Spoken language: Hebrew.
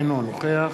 אינו נוכח